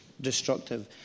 destructive